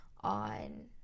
on